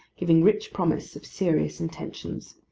giving rich promise of serious intentions.